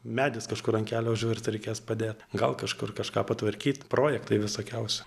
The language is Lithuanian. medis kažkur ant kelio užvirto reikės padėt gal kažkur kažką patvarkyt projektai visokiausi